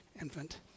infant